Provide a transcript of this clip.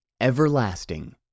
Everlasting